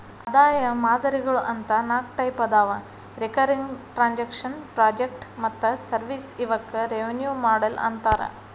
ಆದಾಯ ಮಾದರಿಗಳು ಅಂತ ನಾಕ್ ಟೈಪ್ ಅದಾವ ರಿಕರಿಂಗ್ ಟ್ರಾಂಜೆಕ್ಷನ್ ಪ್ರಾಜೆಕ್ಟ್ ಮತ್ತ ಸರ್ವಿಸ್ ಇವಕ್ಕ ರೆವೆನ್ಯೂ ಮಾಡೆಲ್ ಅಂತಾರ